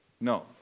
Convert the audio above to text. No